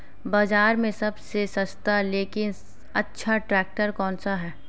बाज़ार में सबसे सस्ता लेकिन अच्छा ट्रैक्टर कौनसा है?